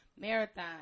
marathon